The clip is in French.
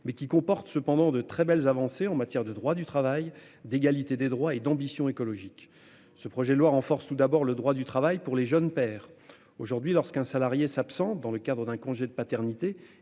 mais qui comporte cependant de très belles avancées en matière de droit du travail d'égalité des droits et d'ambition écologique. Ce projet de loi renforce tout d'abord le droit du travail pour les jeunes pères, aujourd'hui lorsqu'un salarié s'absente dans le cadre d'un congé de paternité